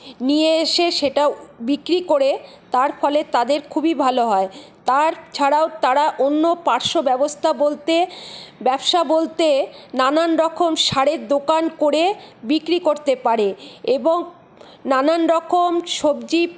নিয়ে এসে সেটা বিক্রি করে তার ফলে তাদের খুবই ভালো হয় তার ছাড়াও তারা অন্য পার্শ্ব ব্যবস্থা বলতে ব্যবসা বলতে নানান রকম সারের দোকান করে বিক্রি করতে পারে এবং নানান রকম সবজি